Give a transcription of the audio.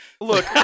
look